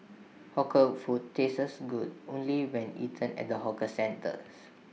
hawker food tastes good only when eaten at the hawker centres